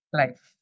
life